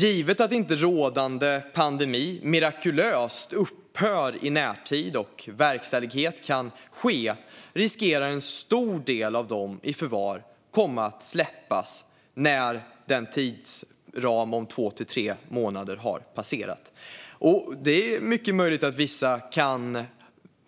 Givet att inte rådande pandemi mirakulöst upphör i närtid och verkställighet kan ske riskerar en stor del av dem som sitter i förvar komma att släppas när tidsramen om två till tre månader har passerats. Det är mycket möjligt att vissa kan